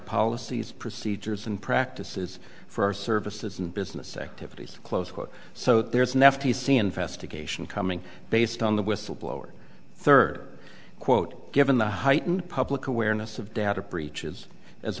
policies procedures and practices for our services and business activities close quote so there's an f t c investigation coming based on the whistleblower third quote given the heightened public awareness of data breaches as